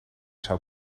zou